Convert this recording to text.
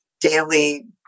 daily